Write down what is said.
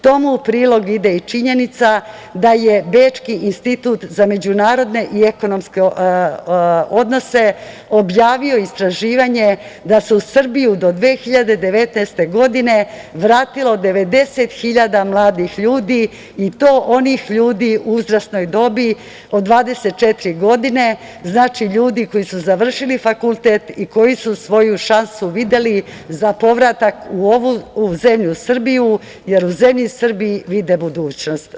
Tome u prilog ide i činjenica da je bečki Institut za međunarodne i ekonomske odnose objavio istraživanje, da se u Srbiju do 2019. godine, vratilo 90.000 mladih ljudi i to onih ljudi u uzrasnoj dobi od 24 godine, znači ljudi koji su završili fakultet i koji su svoju šansu videli za povratak u zemlju Srbiju, jer u zemlji Srbiji vide budućnost.